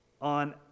on